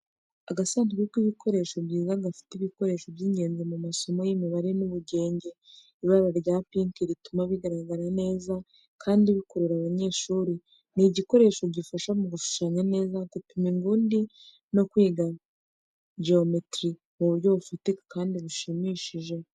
Agasanduku k'ibikoresho byiza gafite ibikoresho by’ingenzi mu masomo y’imibare n’ubugenge. Ibara rya pinki rituma bigaragara neza kandi bikurura abanyeshuri. Ni igikoresho gifasha mu gushushanya neza, gupima inguni, no kwiga geometry mu buryo bufatika kandi bushimishije.